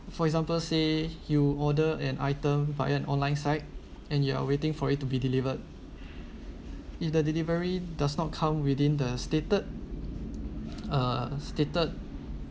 for example say you order and items via an online site and you are waiting for it to be delivered if the delivery does not come within the stated uh stated